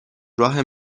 راه